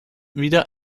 wieder